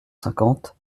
cinquante